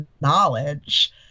knowledge